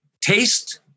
taste